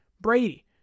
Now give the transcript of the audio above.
Brady